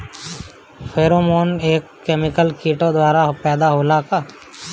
Pheromone एक chemical किटो द्वारा पैदा होला का?